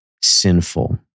sinful